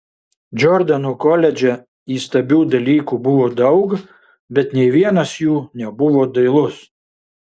džordano koledže įstabių dalykų buvo daug bet nė vienas jų nebuvo dailus